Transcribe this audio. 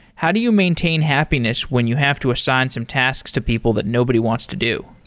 how do you maintain happiness when you have to assign some tasks to people that nobody wants to do?